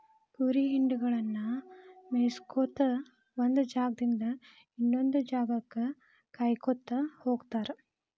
ಕುರಿ ಹಿಂಡಗಳನ್ನ ಮೇಯಿಸ್ಕೊತ ಒಂದ್ ಜಾಗದಿಂದ ಇನ್ನೊಂದ್ ಜಾಗಕ್ಕ ಕಾಯ್ಕೋತ ಹೋಗತಾರ